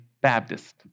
Baptist